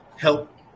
help